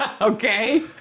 Okay